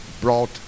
brought